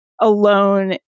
alone